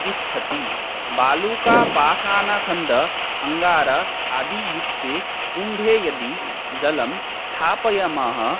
तिष्ठति बालूकापाषाणखण्ड अङ्गार आदियुक्ते कुम्भे यदि जलं स्थापयामः